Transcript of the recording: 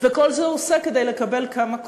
וכל זה הוא עושה כדי לקבל כמה קולות.